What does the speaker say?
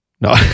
no